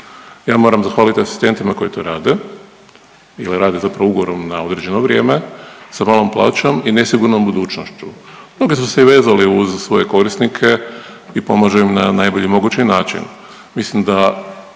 Ja moram zahvaliti asistentima koji to rade jer rade zapravo ugovorom na određeno vrijeme, sa malom plaćom i nesigurnom budućnošću. Mnogi su se i vezali uz svoje korisnike i pomažu na najbolji mogući način.